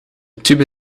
tube